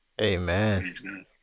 Amen